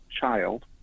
child